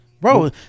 Bro